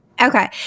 Okay